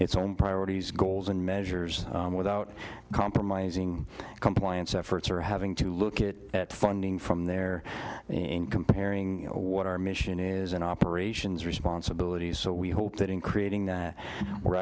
its own priorities goals and measures without compromising compliance efforts or having to look it at funding from there in comparing what our mission is in operations responsibilities so we hope that in creating that we're